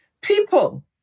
people